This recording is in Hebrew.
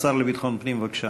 השר לביטחון פנים, בבקשה.